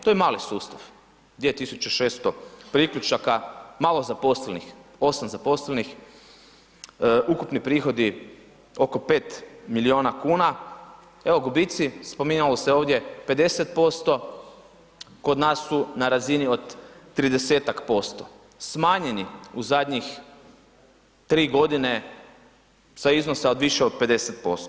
To je mali sustav 2.600 priključaka, malo zaposlenih, 8 zaposlenih, ukupni prihodi oko 5 miliona kuna, evo gubici, spominjalo se ovdje 50%, kod nas su na razini od 30%, smanjeni u zadnjih 3 godine sa iznosa više od 50%